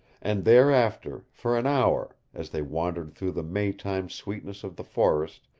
and thereafter, for an hour, as they wandered through the may-time sweetness of the forest,